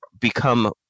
become